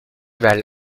val